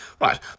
Right